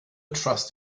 trust